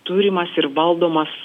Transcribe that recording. turimas ir valdomas